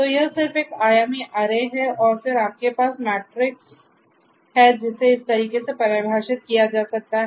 तो यह सिर्फ एक आयामी अरे है जिसे इस तरीके से परिभाषित किया जा सकता है